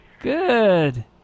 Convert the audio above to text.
Good